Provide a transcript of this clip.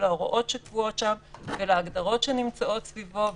ולהוראות שקבועות שם ולהגדרות שנמצאות סביבו.